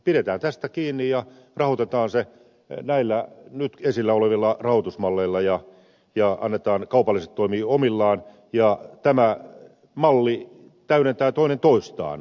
pidetään tästä kiinni ja rahoitetaan toiminta näillä nyt esillä olevilla rahoitusmalleilla ja annetaan kaupallisten toimia omillaan ja nämä mallit täydentävät toinen toisiaan